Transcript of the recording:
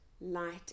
light